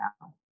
now